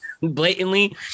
blatantly